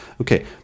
Okay